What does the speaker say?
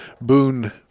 boon